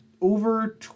over